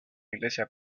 iglesia